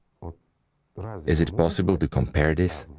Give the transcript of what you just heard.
but um is it possible to compare this?